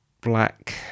Black